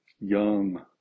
young